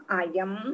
ayam